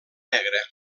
negre